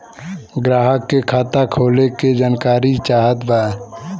ग्राहक के खाता खोले के जानकारी चाहत बा?